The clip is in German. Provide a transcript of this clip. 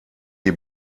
die